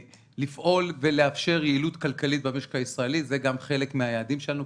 לפעול ולאפשר יעילות כלכלית במשק הישראלי זה גם חלק מהיעדים שלנו,